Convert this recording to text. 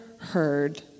heard